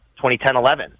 2010-11